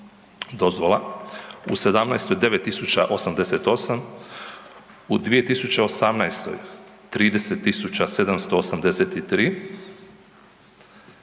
dozvola, u '17. 9.088, u 2018. 30.783,